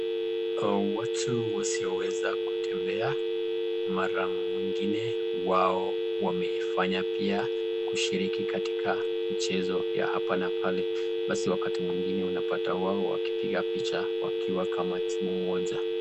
Watu wasioweza kutembea mara nyingine huwa wamefanya kushiriki katika mchezo wa hapa na pale, basi wakati mwingine wao wakipiga picha wakiwa kama timu moja.